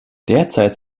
derzeit